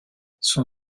son